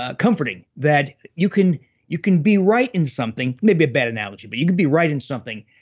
ah comforting that you can you can be right in something. maybe a bad analogy, but you could be right in something,